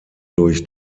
durch